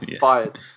fired